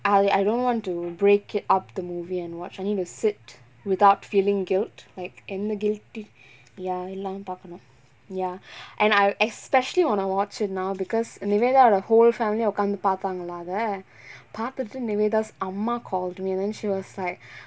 I I don't want to break it up the movie and watch I need to sit without feeling guilt like என்ன:enna guilty ya எல்லா பாக்கனும்:ellaa paakkanum ya and I especially wanna watch it now because nivetha dah whole family உக்காந்து பாத்தாங்களா அத பாத்துட்டு:ukkaanthu paathaangalaa atha paathuttu nivetha's அம்மா:amma called me and then she was like